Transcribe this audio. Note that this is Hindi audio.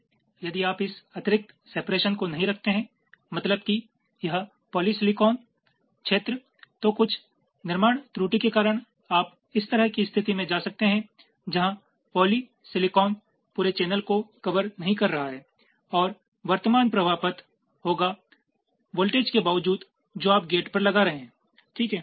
इसलिए यदि आप इस अतिरिक्त सेपरेशन को नहीं रखते हैं मतलब कि यह पॉलीसिलिकॉन क्षेत्र तो कुछ निर्माण त्रुटि के कारण आप इस तरह की स्थिति में जां सकते हैं जहां पॉलीसिलिकॉन पूरे चैनल को कवर नहीं कर रहा है और वर्तमान प्रवाह पथ होगा वोल्टेज के बावजूद जों आप गेट पर लगा रहे हैं ठीक है